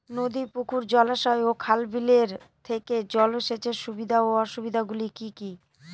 নদী পুকুর জলাশয় ও খাল বিলের থেকে জল সেচের সুবিধা ও অসুবিধা গুলি কি কি?